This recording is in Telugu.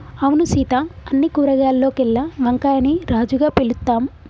అవును సీత అన్ని కూరగాయాల్లోకెల్లా వంకాయని రాజుగా పిలుత్తాం